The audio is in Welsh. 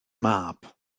mab